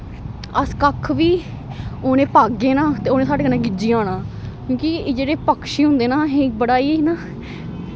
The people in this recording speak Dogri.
अस कक्ख बी उनें ई पाग्गे ना उनें साढ़े कन्नै गिज्झी जाना क्योंकि जेह्ड़े पक्षी होंदे ना बड़ा इयां